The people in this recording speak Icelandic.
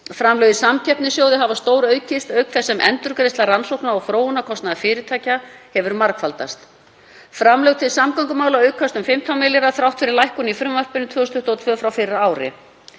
Framlög í samkeppnissjóði hafa stóraukist auk þess sem endurgreiðsla rannsókna- og þróunarkostnaðar fyrirtækja hefur margfaldast. Framlög til samgöngumála aukast um 15 milljarða þrátt fyrir lækkun í frumvarpinu 2022 frá fyrra ári.